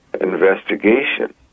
investigation